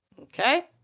Okay